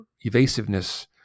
evasiveness